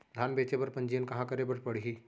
धान बेचे बर पंजीयन कहाँ करे बर पड़ही?